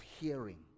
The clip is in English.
hearing